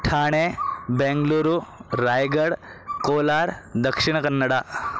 Thane Bengaluru Raigad Kolar Dakshina Kannada